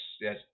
Yes